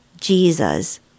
Jesus